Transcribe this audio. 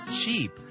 cheap